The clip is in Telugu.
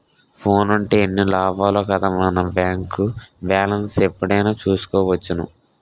ఫోనుంటే ఎన్ని లాభాలో కదా మన బేంకు బాలెస్ను ఎప్పుడైనా చూసుకోవచ్చును